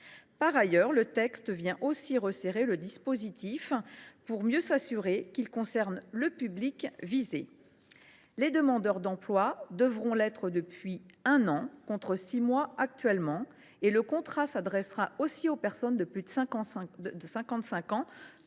Par ailleurs, le texte vient aussi resserrer le dispositif, pour mieux s’assurer qu’il concerne le public visé. Les demandeurs d’emploi devront être au chômage depuis un an, contre six mois actuellement, et le contrat s’adressera aussi aux personnes de plus de 55 ans,